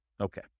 Okay